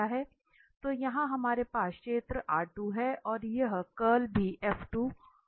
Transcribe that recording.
तो यहां हमारे पास क्षेत्र था और यह कर्ल भी में था